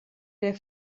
der